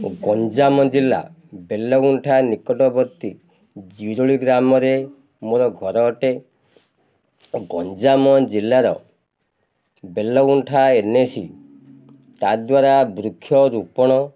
ଗଞ୍ଜାମ ଜିଲ୍ଲା ବେଲଗୁଣ୍ଠା ନିକଟବର୍ତ୍ତୀ ଜିରୋଳି ଗ୍ରାମରେ ମୋର ଘର ଅଟେ ଗଞ୍ଜାମ ଜିଲ୍ଲାର ବେଲଗୁଣ୍ଠା ଏନ୍ ଏ ସି ତାଦ୍ୱାରା ବୃକ୍ଷ ରୋପଣ